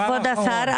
כבוד השר,